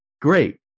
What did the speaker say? Great